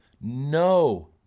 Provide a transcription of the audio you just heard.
no